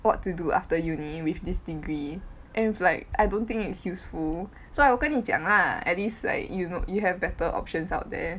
what to do after uni with this degree and is like I don't think it's useful so 我跟你讲 lah at least like you know you have better options out there